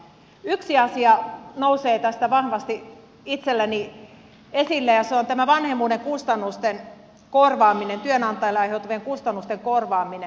yksi asia nousee tästä vahvasti itselläni esille ja se on tämä vanhemmuuden kustannusten korvaaminen työnantajille aiheutuvien kustannusten korvaaminen